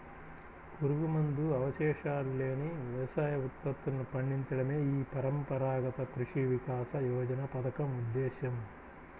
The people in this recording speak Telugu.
పురుగుమందు అవశేషాలు లేని వ్యవసాయ ఉత్పత్తులను పండించడమే ఈ పరంపరాగత కృషి వికాస యోజన పథకం ఉద్దేశ్యం